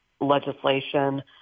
legislation